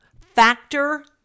Factor